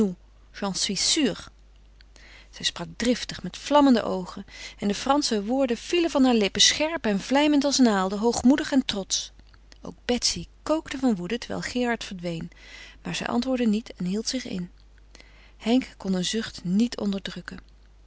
zij sprak driftig met vlammende oogen en de fransche woorden vielen van haar lippen scherp en vlijmend als naalden hoogmoedig en trotsch ook betsy kookte van woede terwijl gerard verdween maar zij antwoordde niet en hield zich in henk kon een zucht niet onderdrukken